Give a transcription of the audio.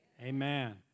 Amen